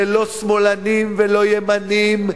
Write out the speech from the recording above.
אלה לא שמאלנים ולא ימנים,